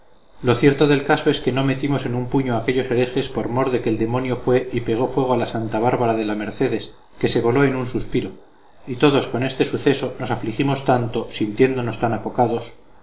lo cierto del caso es que no metimos en un puño a aquellos herejes por mor de que el demonio fue y pegó fuego a la santa bárbara de la mercedes que se voló en un suspiro y todos con este suceso nos afligimos tanto sintiéndonos tan apocados